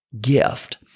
gift